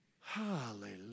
Hallelujah